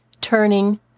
Turning